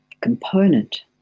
component